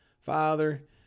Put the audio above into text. Father